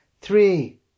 three